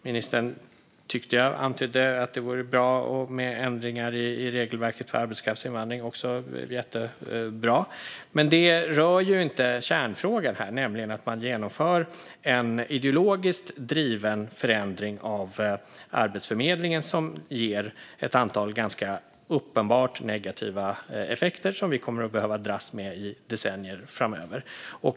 Jag tyckte att ministern antydde att det vore bra med regeländringar i regelverket för arbetskraftsinvandring, vilket också är jättebra. Men det rör ju inte kärnfrågan här, nämligen att man genomför en ideologiskt driven förändring av Arbetsförmedlingen som ger ett antal ganska uppenbart negativa effekter som vi kommer att behöva dras med i decennier framöver.